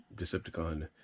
Decepticon